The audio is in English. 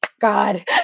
god